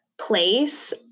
place